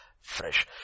Fresh